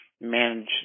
manage